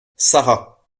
sara